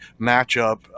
matchup